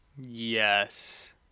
yes